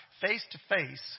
face-to-face